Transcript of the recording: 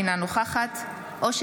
אינה נוכחת נאור שירי,